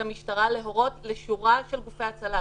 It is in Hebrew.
למשטרה סמכות להורות לשורה של גופי הצלה,